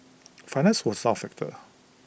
finance was not A factor